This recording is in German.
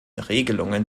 regelungen